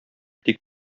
тик